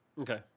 Okay